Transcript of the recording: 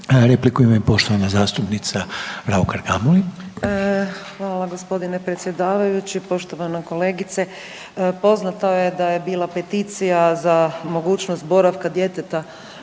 Repliku ima i poštovana zastupnica Raukar Gamulin. **Raukar-Gamulin, Urša (Možemo!)** Hvala gospodine predsjedavajući. Poštovan kolegice, poznato je da je bila peticija za mogućnost boravka djeteta